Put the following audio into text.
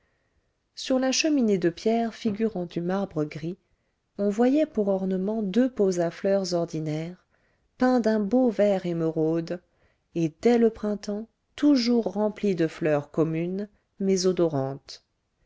sur la cheminée de pierre figurant du marbre gris on voyait pour ornements deux pots à fleurs ordinaires peints d'un beau vert émeraude et dès le printemps toujours remplis de fleurs communes mais odorantes